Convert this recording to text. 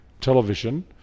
television